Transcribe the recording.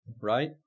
Right